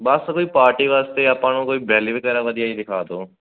ਬਸ ਕੋਈ ਪਾਰਟੀ ਵਾਸਤੇ ਆਪਾਂ ਨੂੰ ਕੋਈ ਬੈਲੀ ਵਗੈਰਾ ਵਧੀਆ ਜਿਹੀ ਦਿਖਾ ਦਿਉ